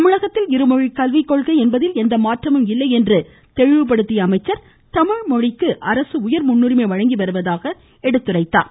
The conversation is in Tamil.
தமிழகத்தில் இருமொழி கல்வி கொள்கை என்பதில் எந்த மாற்றமும் இல்லை என்று தெளிவுபடுத்திய அவர் தமிழ் மொழிக்கு அரசு உயர் முன்னுரிமை வழங்கி வருவதாக சுட்டிக்காட்டினார்